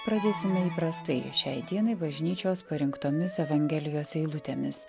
pradėsime įprastai šiai dienai bažnyčios parinktomis evangelijos eilutėmis